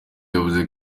yavuze